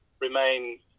remain